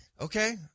okay